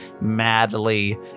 madly